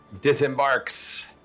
disembarks